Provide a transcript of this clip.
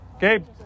Gabe